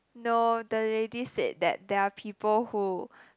no the lady said that there are people who